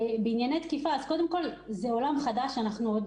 התקיפה ברשת היא עולם חדש שאנחנו עוד